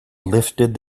lifted